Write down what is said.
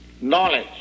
knowledge